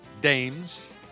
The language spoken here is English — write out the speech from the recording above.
dames